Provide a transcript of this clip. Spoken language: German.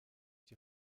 die